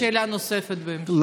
תהיה לי שאלה נוספת בהמשך.